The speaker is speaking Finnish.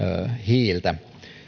hiiltä